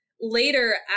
Later